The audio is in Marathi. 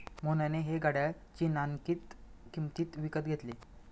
मोहनने हे घड्याळ चिन्हांकित किंमतीत विकत घेतले